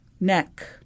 neck